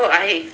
बि आहे